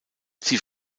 sie